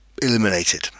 eliminated